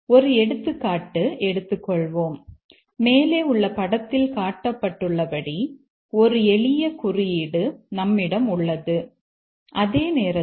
ஒரு எடுத்துக்காட்டு எடுத்துக்கொள்வோம் மேலே உள்ள படத்தில் காட்டப்பட்டுள்ளபடி ஒரு எளிய குறியீடு நம்மிடம் உள்ளது அதே நேரத்தில் x